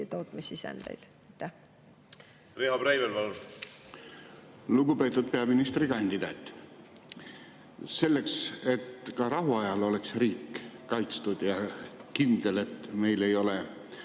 tootmissisendeid. Riho Breivel, palun! Lugupeetud peaministrikandidaat! Selleks, et ka rahuajal oleks riik kaitstud ja kindel, et meil ei ole